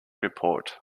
report